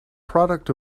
product